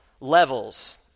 levels